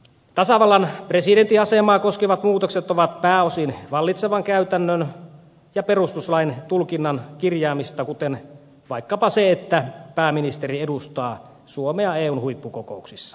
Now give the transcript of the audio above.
tasavallan presidentin asemaa koskevat muutokset ovat pääosin vallitsevan käytännön ja perustuslain tulkinnan kirjaamista kuten vaikkapa se että pääministeri edustaa suomea eun huippukokouksissa